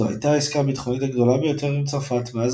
זו הייתה העסקה הביטחונית הגדולה ביותר עם צרפת מאז